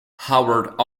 howard